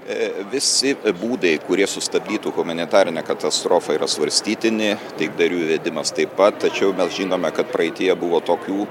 e visi būdai kurie sustabdytų humanitarinę katastrofą yra svarstytini taikdarių įvedimas taip pat tačiau mes žinome kad praeityje buvo tokių